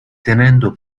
tenendo